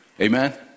Amen